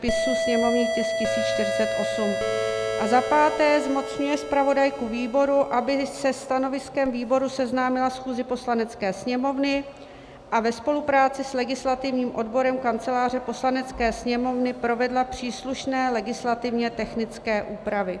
V. zmocňuje zpravodajku výboru, aby se stanoviskem výboru seznámila schůzi Poslanecké sněmovny a ve spolupráci s legislativním odborem Kanceláře Poslanecké sněmovny provedla příslušné legislativně technické úpravy.